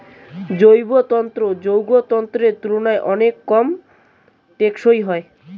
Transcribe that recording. জৈব তন্তু যৌগ তন্তুর তুলনায় অনেক কম টেঁকসই হয়